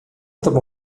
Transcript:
tobą